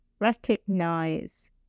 recognize